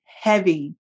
heavy